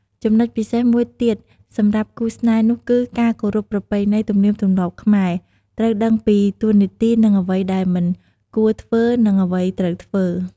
ចំណុចពិសេសមួយទៀតសម្រាប់គូរស្នេហ៍នោះគឺការគោរពប្រពៃណីទំនៀមទម្លាប់ខ្មែរ ត្រូវដឹងពីតួនាទីនិងអ្វីដែលមិនគួរធ្វើនិងអ្វីត្រូវធ្វើ។